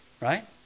right